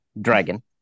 Dragon